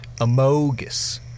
Amogus